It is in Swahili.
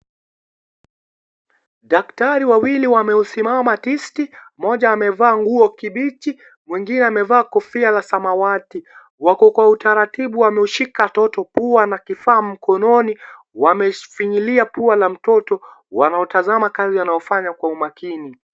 Daktari wawili waliosimama tisti mmoja amevaa nguo kibichi mwengine amevaa kofia la samawati. Wako kwa utaratibu wameushika toto pua na kifaa mikononi , wamefinyilia pua la mtoto, wanatazama kazi wanayofanya kwa umakini.